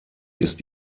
ist